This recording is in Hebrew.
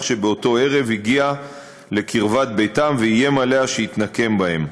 שבאותו ערב הגיע לקרבת ביתם ואיים עליה שיתנקם בהם.